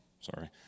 sorry